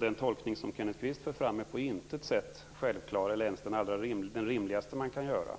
Den tolkning som Kenneth Kvist för fram är på intet sätt självklar eller ens den allra rimligaste man kan göra.